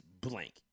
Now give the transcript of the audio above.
blank